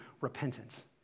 repentance